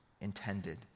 intended